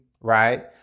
right